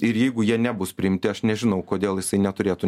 ir jeigu jie nebus priimti aš nežinau kodėl jisai neturėtų